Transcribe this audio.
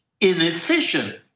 inefficient